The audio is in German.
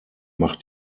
macht